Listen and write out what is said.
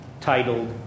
titled